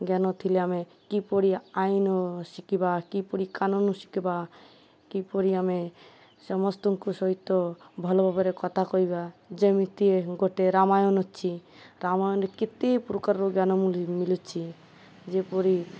ଜ୍ଞାନ ଥିଲେ ଆମେ କିପରି ଆଇନ ଶିଖିବା କିପରି କାନୁନ ଶିଖିବା କିପରି ଆମେ ସମସ୍ତଙ୍କୁ ସହିତ ଭଲ ଭାବରେ କଥା କହିବା ଯେମିତି ଗୋଟେ ରାମାୟଣ ଅଛି ରାମାୟଣରେ କେତେ ପ୍ରକାରର ଜ୍ଞାନ ମିଲୁଛି ଯେପରି